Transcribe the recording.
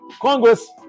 Congress